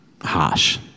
harsh